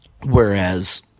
Whereas